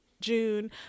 June